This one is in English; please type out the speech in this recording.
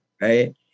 Right